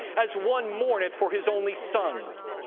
as one mourneth for his only son,